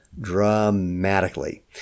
dramatically